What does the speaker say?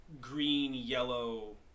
green-yellow